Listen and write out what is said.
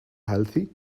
healthy